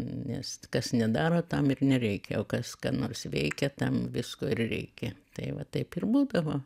nes kas nedaro tam ir nereikia o kas ką nors veikia tam visko ir reikia tai vat taip ir būdavo